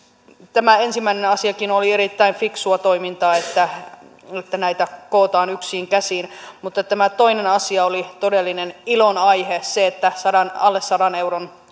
tämä ensimmäinen asiakin oli erittäin fiksua toimintaa että näitä kootaan yksiin käsiin mutta tämä toinen asia oli todellinen ilon aihe se että alle sadan euron